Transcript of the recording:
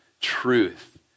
truth